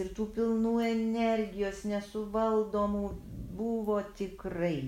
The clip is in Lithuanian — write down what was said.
ir tų pilnų energijos nesuvaldomų buvo tikrai